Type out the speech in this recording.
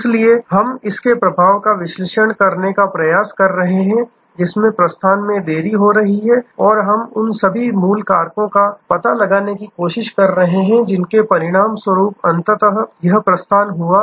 इसलिए हम इसके प्रभाव का विश्लेषण करने का प्रयास कर रहे हैं जिससे प्रस्थान में देरी हो रही है और हम उन सभी मूल कारणों का पता लगाने की कोशिश कर रहे हैं जिनके परिणामस्वरूप अंततः यह प्रस्थान हुआ